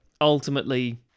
ultimately